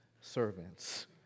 servants